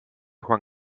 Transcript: juan